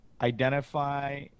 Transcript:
identify